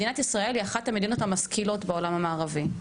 מדינת ישראל היא אחת המדינות המשכילות בעולם המערבי.